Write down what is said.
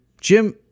jim